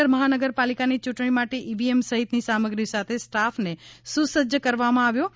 જામનગર મહાનગરપાલિકાની ચૂંટણી માટે ઇવીએમ સહિતની સામગ્રી સાથે સ્ટાફને સુસજ્જ કરવામાં આવ્યો છે